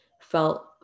felt